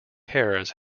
harris